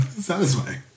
satisfying